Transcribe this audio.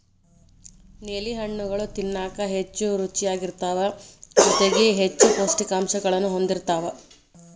ನೇಲಿ ಹಣ್ಣುಗಳು ತಿನ್ನಾಕ ಹೆಚ್ಚು ರುಚಿಯಾಗಿರ್ತಾವ ಜೊತೆಗಿ ಹೆಚ್ಚು ಪೌಷ್ಠಿಕಾಂಶಗಳನ್ನೂ ಹೊಂದಿರ್ತಾವ